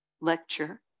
lecture